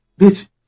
bitch